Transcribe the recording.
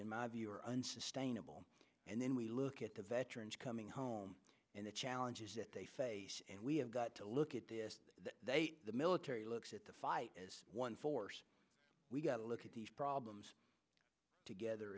my view are unsustainable and then we look at the veterans coming home and the challenges that they face and we have got to look at this that the military looks at the fight as one force we've got to look at these problems together